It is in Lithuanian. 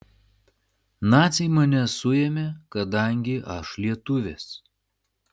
naciai mane suėmė kadangi aš lietuvis